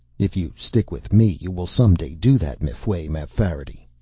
if you stick with me you will some day do that, m'fweh mapfarity.